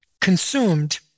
consumed